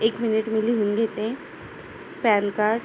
एक मिनिट मी लिहून घेते पॅन कार्ड